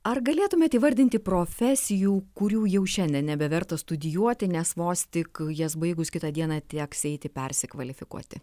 ar galėtumėt įvardinti profesijų kurių jau šiandien nebeverta studijuoti nes vos tik jas baigus kitą dieną teks eiti persikvalifikuoti